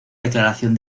declaración